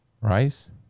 Rice